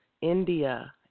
India